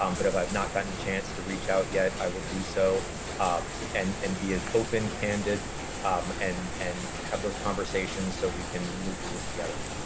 um but if i've not gotten a chance to reach out yet, i will do so and and be as open, candid and and have those conversations so we can move through this together.